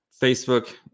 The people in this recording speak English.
facebook